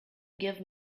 give